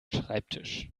schreibtisch